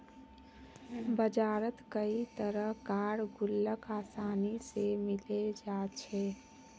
बजारत कई तरह कार गुल्लक आसानी से मिले जा छे